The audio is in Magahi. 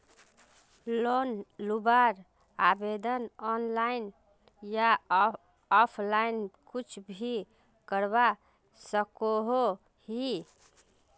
लोन लुबार आवेदन ऑनलाइन या ऑफलाइन कुछ भी करवा सकोहो ही?